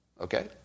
Okay